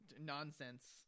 nonsense